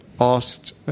asked